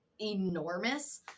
enormous